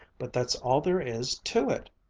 but that's all there is to it.